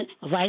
vice